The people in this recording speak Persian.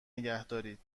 نگهدارید